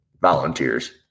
volunteers